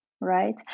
right